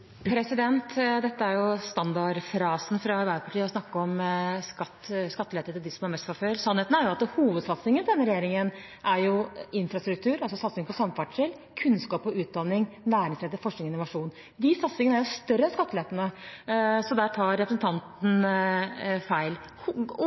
er standardfrasen fra Arbeiderpartiet å snakke om skattelette til dem som har mest far før. Sannheten er at hovedsatsingen fra denne regjeringen er infrastruktur, altså satsing på samferdsel, kunnskap og utdanning, næringsrettet forskning og innovasjon. De satsingene er større enn skattelettene, så der tar representanten